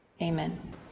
Amen